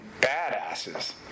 badasses